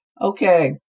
Okay